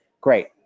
great